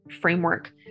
framework